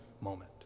moment